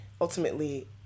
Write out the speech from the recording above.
ultimately